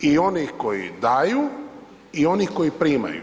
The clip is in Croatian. I onih koji daju i onih koji primaju.